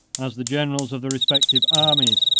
as the generals of the respective armies,